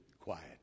quiet